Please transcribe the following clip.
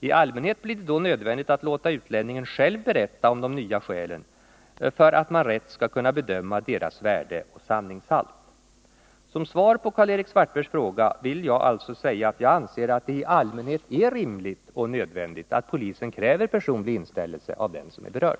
I allmänhet blir det då nödvändigt att låta utlänningen själv berätta om de nya skälen för att man rätt skall kunna bedöma deras värde och sanningshalt. Som svar på Karl-Erik Svartbergs fråga vill jag alltså säga att jag anser att det i allmänhet är rimligt och nödvändigt att polisen kräver personlig inställelse av den som är berörd.